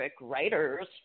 writers